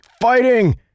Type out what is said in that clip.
fighting